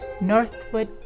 Northwood